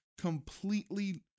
completely